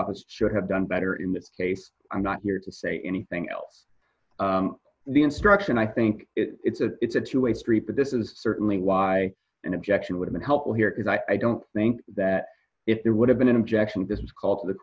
office should have done better in this case i'm not here to say anything else the instruction i think it's a it's a two way street but this is certainly why an objection would be helpful here is i don't think that if there would have been an objection this is called the